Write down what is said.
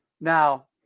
Now